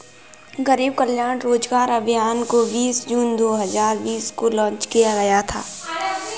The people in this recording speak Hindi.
गरीब कल्याण रोजगार अभियान को बीस जून दो हजार बीस को लान्च किया गया था